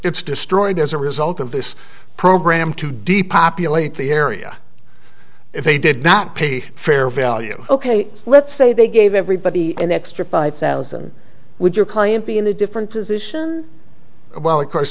it's destroyed as a result of this program to depopulate the area if they did not pay fair value ok let's say they gave everybody an extra five thousand would your client be in a different position while of course